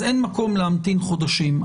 אז אין מקום להמתין חודשים.